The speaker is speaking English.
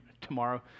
tomorrow